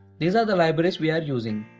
these are the libraries we are using,